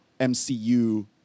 MCU